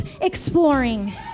exploring